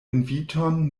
inviton